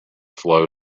float